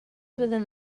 within